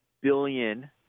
billion